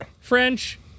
French